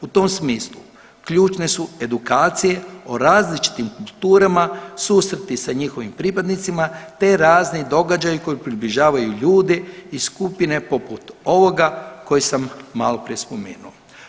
U tom smislu ključne su edukacije o različitim kulturama, susresti sa njihovim pripadnicima te razni događaji koji približavaju ljude iz skupine poput ovoga koje sam maloprije spomenuo.